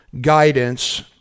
guidance